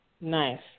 Nice